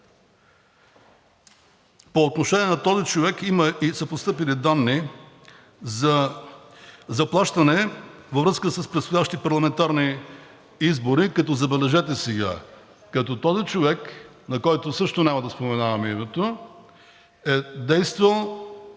по отношение на този човек има и са постъпили данни за заплащане във връзка с предстоящи парламентарни избори, забележете сега, като този човек, на когото също няма да споменавам името, е действал